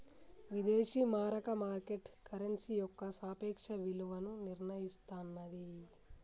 విదేశీ మారక market currency యొక్క సాపేక్ష విలువను నిర్ణయిస్తన్నాది